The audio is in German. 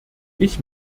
ich